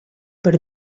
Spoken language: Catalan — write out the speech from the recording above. per